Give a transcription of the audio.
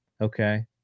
okay